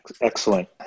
Excellent